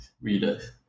readers